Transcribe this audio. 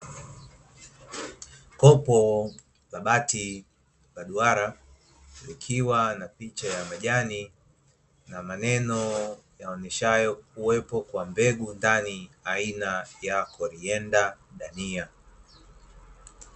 Kopo la bati la duara likiwa na picha ya majani, na maneno yaonyeshayo kuwepo kwa mbegu ndani aina ya korianda dania.